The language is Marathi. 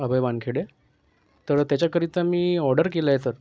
अभय वानखेडे तर त्याच्याकरीता मी ऑर्डर केलं आहे सर